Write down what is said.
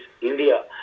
India